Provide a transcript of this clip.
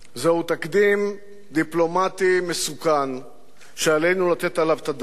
זהו תקדים דיפלומטי מסוכן שעלינו לתת עליו את הדעת.